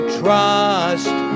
trust